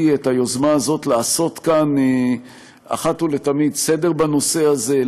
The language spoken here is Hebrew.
את היוזמה הזאת לעשות כאן אחת ולתמיד סדר בנושא הזה,